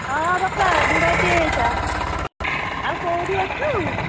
ହଁ ବାପା ବୁଢ଼ାଟିଏ ହୋଇଥା ଆଉ କେଉଁଠି ଅଛୁ